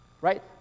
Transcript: right